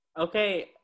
Okay